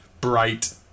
Bright